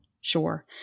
Sure